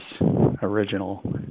original